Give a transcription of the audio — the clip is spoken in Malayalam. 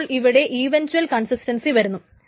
അപ്പോൾ ഇവിടെ ഇവൻച്വൽ കൺസിസ്റ്റൻസി വരുന്നു